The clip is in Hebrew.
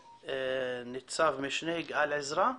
ניצב משנה יגאל עזרא,